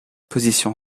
position